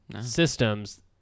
systems